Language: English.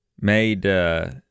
made